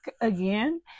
again